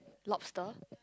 lobster